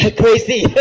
crazy